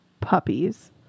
Puppies